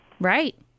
Right